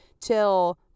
till